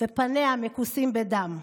ופניה מכוסים בדם.